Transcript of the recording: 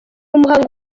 umuhango